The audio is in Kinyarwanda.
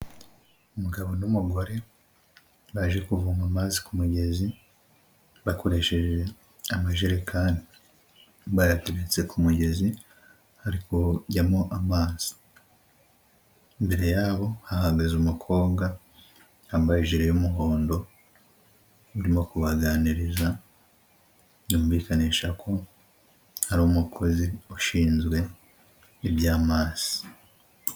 Umugabo n'umugore baje kuvoma amazi ku mugezi bakoresheje amajerekani, bayateretse ku mugezi hari kujyamo amazi imbere yabo hahagaze umukobwa yambaye ijiri y'umuhondo urimo kubaganiriza byumvikanisha ko ari umukozi ushinzwe ibya amazi.